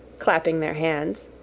clapping their hands.